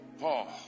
Paul